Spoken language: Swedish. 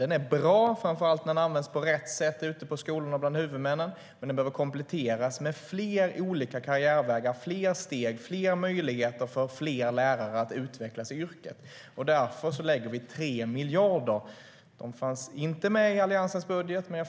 Den är bra, framför allt när den används på rätt sätt av huvudmännen ute på skolorna, men den behöver kompletteras med fler olika karriärvägar, fler steg, fler möjligheter för fler lärare att utvecklas i yrket. Därför lägger vi 3 miljarder. De fanns inte med i Alliansens budget.